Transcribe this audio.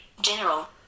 General